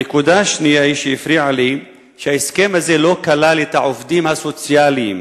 הנקודה השנייה שהפריעה לי היא שההסכם הזה לא כלל את העובדים הסוציאליים,